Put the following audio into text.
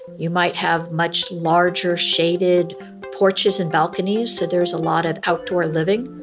you might have much larger shaded porches and balconies so there's a lot of outdoor living.